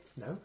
No